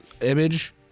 image